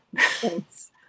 Thanks